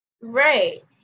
Right